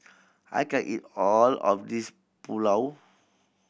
I can't eat all of this Pulao